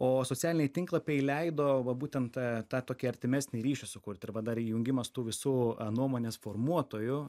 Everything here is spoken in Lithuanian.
o socialiniai tinklapiai leido va būtent tą tokį artimesnį ryšį sukurt arba dar įjungimas tų visų nuomonės formuotojų